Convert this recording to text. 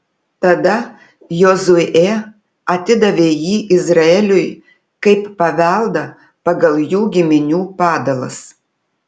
tada jozuė atidavė jį izraeliui kaip paveldą pagal jų giminių padalas